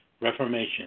Reformation